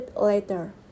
later